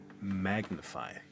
magnify